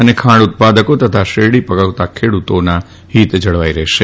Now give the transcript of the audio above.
અને ખાંડ ઉત્પાદક તથા શેરડી પકવતા ખેડૂતામાં ફીત જળવાઇ રહશે